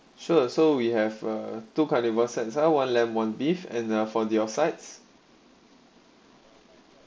sure so we have a two carnival sensor one lamp one beef and therefore for their sites